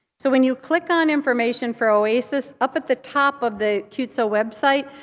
so when you click on information for oasis, up at the top of the qtso website,